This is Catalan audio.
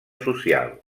social